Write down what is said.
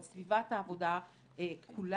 על סביבת העבודה כולה,